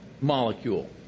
molecule